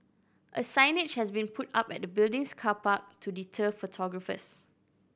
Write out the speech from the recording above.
a signage has been put up at the building's car park to deter photographers